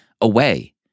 away